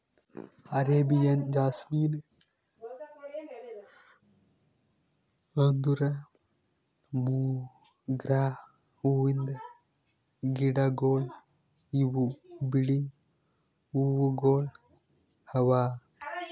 Arabian jasmine ಅಂದುರ್ ಮೊಗ್ರಾ ಹೂವಿಂದ್ ಗಿಡಗೊಳ್ ಇವು ಬಿಳಿ ಹೂವುಗೊಳ್ ಅವಾ